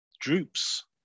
droops